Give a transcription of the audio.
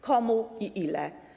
Komu i ile?